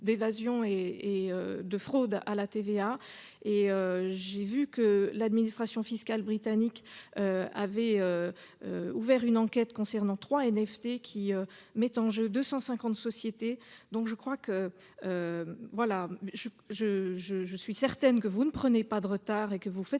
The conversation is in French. d'évasion et de fraude à la TVA. Et j'ai vu que l'administration fiscale britannique. Avait. Ouvert une enquête concernant 3 NFT qui mettent en jeu 250 sociétés, donc je crois que. Voilà je je je je suis certaine que vous ne prenez pas de retard et que vous faites